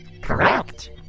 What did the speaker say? Correct